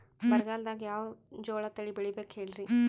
ಬರಗಾಲದಾಗ್ ಯಾವ ಜೋಳ ತಳಿ ಬೆಳಿಬೇಕ ಹೇಳ್ರಿ?